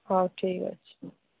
ହଉ ଠିକ ଅଛି